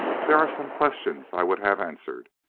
there are some questions i would have answered.